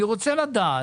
אני רוצה לדעת,